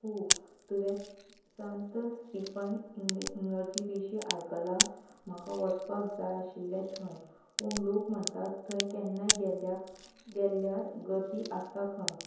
उफ तुवें सांत स्टीफन इगर्जे विशीं आयकलां म्हाका वचपाक जाय आशिल्लें थंय पूण लोक म्हणटात थंय केन्नाय गेल्यार गेल्यार गर्दी आसता खंय